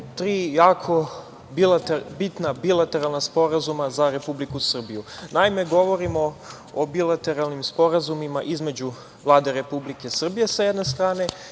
tri jako bitna bilateralna sporazuma za Republiku Srbiju. Naime, govorimo o bilateralnim sporazumima između Vlade Republike Srbije, sa jedne strane